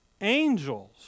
Angels